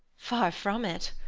far from it.